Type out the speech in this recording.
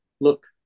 look